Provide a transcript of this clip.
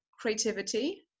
creativity